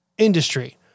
industry